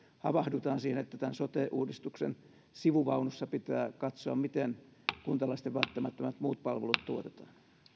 havahdutaan siihen että tämän sote uudistuksen sivuvaunussa pitää katsoa miten kuntalaisten välttämättömät muut palvelut tuotetaan